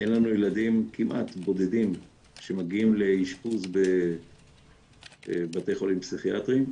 אין לנו ילדים כמעט בודדים שמגיעים לאשפוז בבתי חולים פסיכיאטריים.